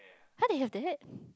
how did you have the head